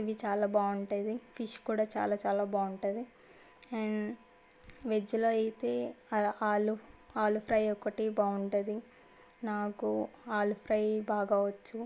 ఇవి చాలా బాగుంటుంది ఫిష్ కూడా చాలా చాలా బాగుంటుంది అండ్ వెజ్లో అయితే ఆల్ ఆలు ఫ్రై ఒకటి బాగుంటుంది నాకు ఆలు ఫ్రై బాగా వచ్చు